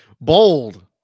Bold